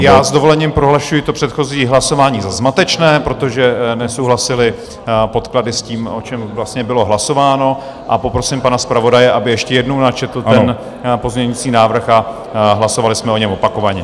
S dovolením prohlašuji předchozí hlasování za zmatečné, protože nesouhlasily podklady s tím, o čem vlastně bylo hlasováno, a poprosím pana zpravodaje, aby ještě jednou načetl ten pozměňovací návrh, a hlasovali jsme o něm opakovaně.